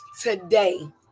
Today